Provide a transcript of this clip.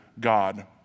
God